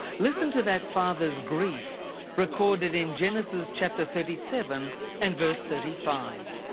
listen to that father's grief recorded in genesis chapter thirty seven and verse thirty five.